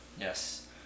Yes